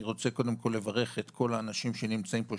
אני רוצה קודם כל לברך את כל האנשים שנמצאים פה,